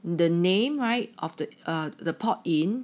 the name right of the err the port in